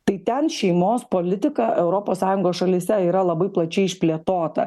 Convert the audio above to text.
tai ten šeimos politika europos sąjungos šalyse yra labai plačiai išplėtota